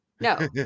No